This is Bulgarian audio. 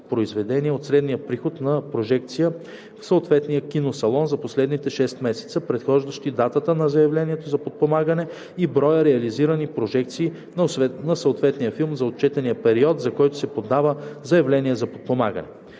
от средния приход на прожекция в съответния киносалон за последните 6 месеца, предхождащи датата на заявлението за подпомагане, и броя реализирани прожекции на съответния филм за отчетния период, за който се подава заявлението за подпомагане.